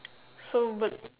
so would